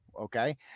Okay